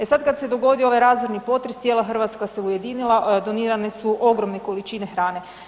E sad, kad se dogodio ovaj razorni potres, cijela Hrvatska se ujedinila, donirane su ogromne količine hrane.